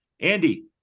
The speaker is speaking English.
Andy